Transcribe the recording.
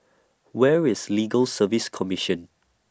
Where IS Legal Service Commission